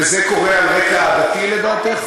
וזה קורה על רקע עדתי, לדעתך?